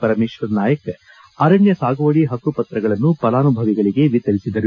ಪರಮೇಶ್ವರ ನಾಯ್ಕ ಅರಣ್ಯ ಸಾಗುವಳಿ ಪಕ್ಕುಪತ್ರಗಳನ್ನು ಫಲಾನುಭವಿಗಳಿಗೆ ವಿತರಿಸಿದರು